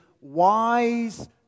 wise